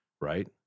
right